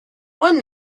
one